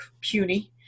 puny